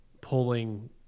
pulling